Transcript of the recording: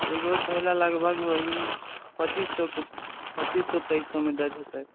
एगो थैला लगभग वही पचीस सए कुछ पच्सौचीस तेइस सए मे दए देतै